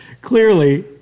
Clearly